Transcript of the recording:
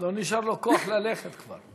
לא נשאר לו כוח ללכת כבר.